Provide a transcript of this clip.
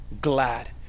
glad